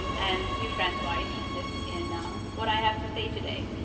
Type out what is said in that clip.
and new friends who are interested in um what i have to say today.